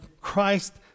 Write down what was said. Christ